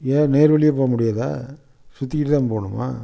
ஏன் நேர்வழியாக போக முடியாதா சுற்றிகிட்டுதான் போகணுமா